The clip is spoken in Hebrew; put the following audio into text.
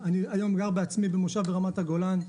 היום בעצמי במושב ברמת הגולן,